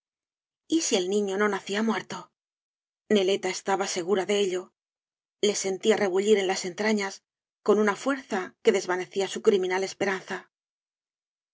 y si el niño no nacía muerto neleta estaba segura de ello le sentía rebullir en las entrañas con una fuerza que dsva necia su criminal esperanza